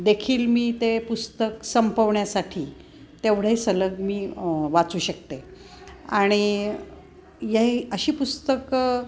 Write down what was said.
देखील मी ते पुस्तक संपवण्यासाठी तेवढे सलग मी वाचू शकते आणि याही अशी पुस्तकं